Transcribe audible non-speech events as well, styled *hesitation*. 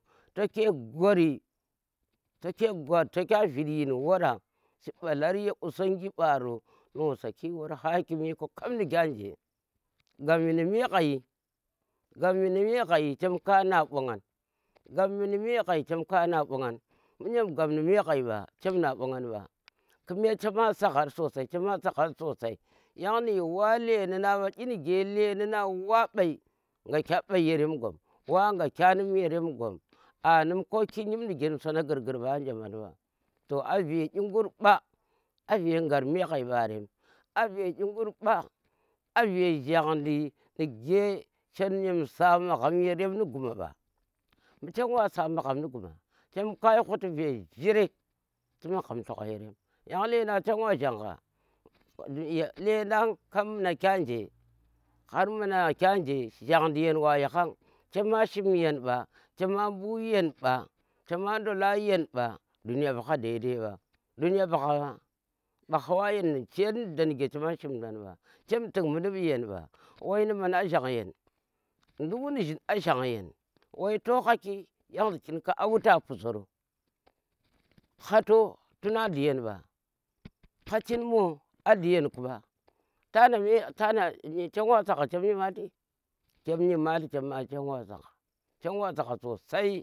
To ke gwari to ka to kya vit yin wara a shi ɓalar ya u̱songi ɓaro no saki war hakim ku̱ ya war kap nige anje, gap mi ni me ghai gap mi ni me ghai chem ko na gbongang. gap mi ni me ghai chem ka nda gbongang mbu ƙyam gabmi ni me ghai ɓa chema na gbongang ɓa kume chama saghar sosai, chema saghar sosai yang niyi wa leni na ɓa, inige a leni na wa mai ngakye mbai yerm gum wa nga kyen num yerem gum anum koki njip nuge nu sona ngur gur mba anje mban mba igur ma avee gar me ghai ɓarem, a ve ingur ɓa a ve ngar gjang nige cham ƙyamsa magham ni guma ɓa. mbu chem wasa magham ndi guma cem kayi khuti ve jire ti magham llogha yarem. yang ledan chem wa gjanga *hesitation* lendang kap muna kya nje har muna kye nje gjandi yen wa yihan chema shim yan ɓa, chema ɓu yan ɓa, chema ndola yan ba dunya ɓu ha dai- dai ɓa, dunya mbu ha mba mbu ha wa yen ni nuge chema shim dan mba wai nu mana gjang yen nduk ni zhin a gjang yen wai to haki yan za a wuta puzzoro hato tuna dlu yen ba hachin moo a dli yen ku mba tana me *hesitation* chem wa sagha chem nyimalti, chem nyimalti chema chem wa sagha, chem wa sagha sosai.